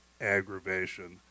aggravation